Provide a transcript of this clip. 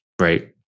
right